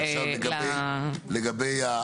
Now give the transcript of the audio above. עכשיו לגבי,